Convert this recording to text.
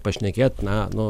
pašnekėt na nu